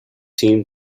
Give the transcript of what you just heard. seem